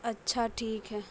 اچھا ٹھیک ہے